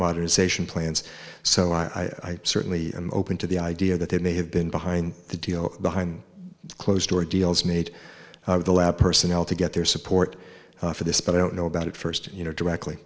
modernization plans so i certainly open to the idea that they may have been behind the deal behind closed door deals made with the lab personnel to get their support for this but i don't know about it first you know directly